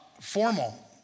Formal